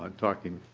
um talking